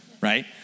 right